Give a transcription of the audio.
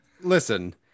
Listen